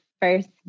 first